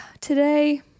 Today